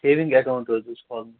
saving account حظ اوس کھولُن